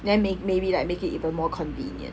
then may~ maybe like make it even more convenient